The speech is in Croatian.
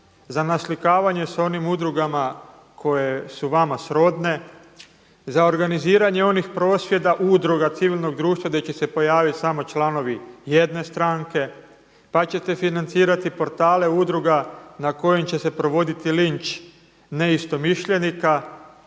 za naslikavanje sa onim udrugama koje su vama srodne, za organiziranje onih prosvjeda, udruga civilnog društva gdje će se pojaviti samo članovi jedne stranke, pa ćete financirati portale udruga na kojem će se provoditi linč neistomišljenika